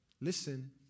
Listen